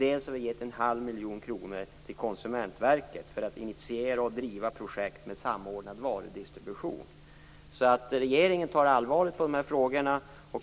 Dels har vi gett 1⁄2 miljon kronor till Konsumentverket för att initiera och driva projekt med samordnad varudistribution. Regeringen tar allvarligt på de här frågorna.